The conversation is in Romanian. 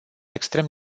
extrem